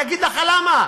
אני אגיד לך למה,